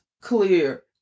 clear